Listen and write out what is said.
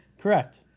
Correct